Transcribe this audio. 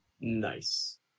Nice